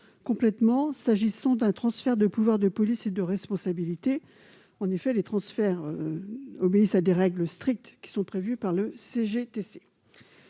convient pas s'agissant d'un transfert de pouvoir de police et de responsabilité. En effet, les transferts obéissent à des règles strictes, prévues par le CGCT.